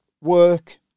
work